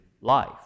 life